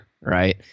right